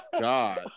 God